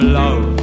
love